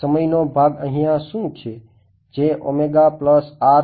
સમયનો ભાગ અહિયાં શું છે